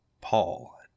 Paul